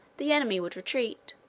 the enemy would retreat,